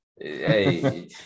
Hey